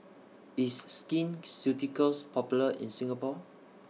IS Skin Ceuticals Popular in Singapore